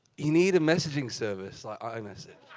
you need a messaging service like ah imessage.